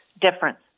difference